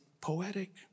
poetic